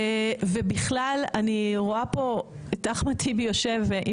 ובכלל אני רואה פה את אחמד טיבי יושב,